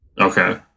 okay